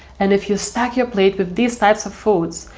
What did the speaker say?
and if you stack your plate with these types of foods,